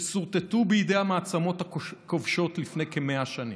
שסורטטו בידי המעצמות הכובשות לפני כ-100 שנים.